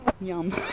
Yum